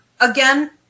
again